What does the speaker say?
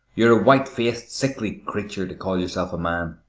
you're a white-faced, sickly creature to call yourself a man!